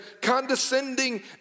condescending